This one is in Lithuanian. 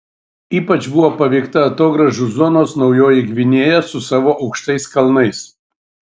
ypač buvo paveikta atogrąžų zonos naujoji gvinėja su savo aukštais kalnais